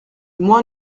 moins